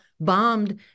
bombed